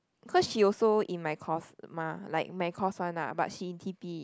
because she also in my course mah like my course one ah but she in T_P